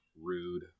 rude